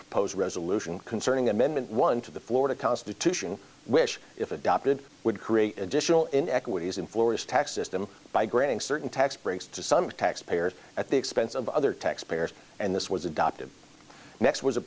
proposed resolution concerning amendment one to the florida constitution wish if adopted would create additional inequities in florida's tax system by granting certain tax breaks to some tax payers at the expense of other taxpayers and this was adopted next was a